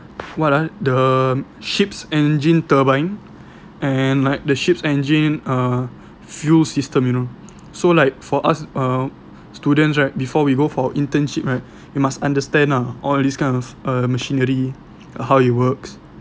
what ah the ship's engine turbine and like the ship's engine uh fuel system you know so like for us uh students right before we go for internship right you must understand ah all these kind of uh machinery how it works